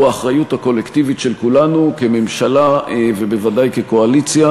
והוא האחריות הקולקטיבית של כולנו כממשלה ובוודאי כקואליציה